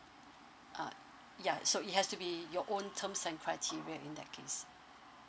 uh ya so it has to be your own terms and criteria in that case